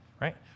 right